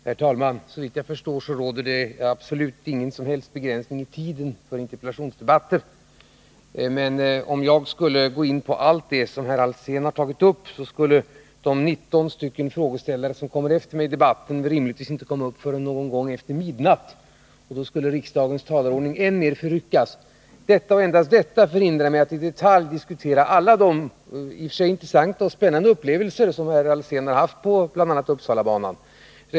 Herr talman! Såvitt jag förstår råder det inga som helst begränsningar i tiden för interpellationsdebatter. Men om jag skulle gå in på allt det som herr Alsén tagit upp skulle de 19 frågeställare som kommer efter mig i debatten rimligtvis inte komma upp förrän någon gång efter midnatt, och då skulle riksdagens talarordning än mer förryckas. Detta och endast detta förhindrar mig att i detalj diskutera alla de i och för sig intressanta och spännande upplevelser som herr Alsén haft på bl.a. Uppsalabanan.